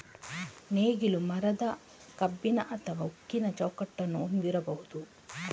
ನೇಗಿಲು ಮರದ, ಕಬ್ಬಿಣ ಅಥವಾ ಉಕ್ಕಿನ ಚೌಕಟ್ಟನ್ನು ಹೊಂದಿರಬಹುದು